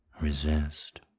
Resist